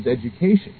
education